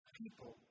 people